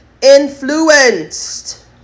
influenced